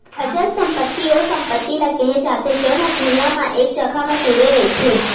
अचल संपत्ति ओ संपत्ति ल केहे जाथे जउन हा भुइँया म एक जघा म जुड़े रहिथे